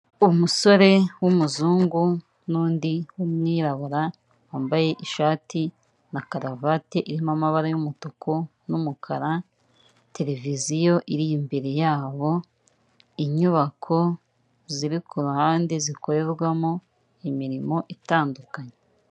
Umusore w'umuzungu n'undi w'umwirabura, wambaye ishati na karuvati irimo amabara y'umutuku n'umukara, televiziyo iri imbere yabo, inyubako ziri ku ruhande zikorerwamo imirimo itandukanye.